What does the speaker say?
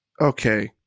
Okay